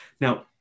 Now